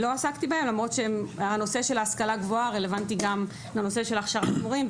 למרות שהוא רלוונטי גם לנושא של הכשרת מורים,